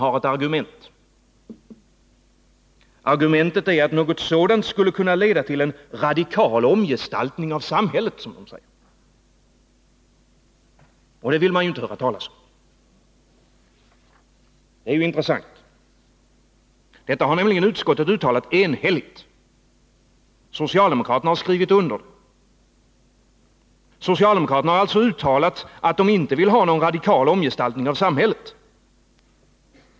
Argumentet är att något sådant skulle kunna leda till en radikal omgestaltning av samhället, som man uttrycker det. Och det vill man inte höra talas om. Det är intressant. Detta har nämligen utskottet uttalat enhälligt. Socialdemokraterna har skrivit under. Socialdemokraterna har alltså uttalat att de inte vill ha någon radikal omgestaltning av samhället.